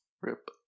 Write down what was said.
RIP